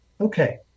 Okay